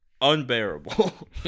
unbearable